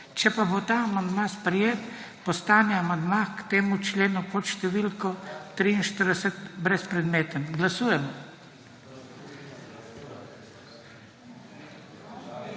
Če pa bo ta amandma sprejet, postane amandma k temu členu pod številko 43 brezpredmeten. Glasujemo.